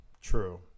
true